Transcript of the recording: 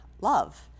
love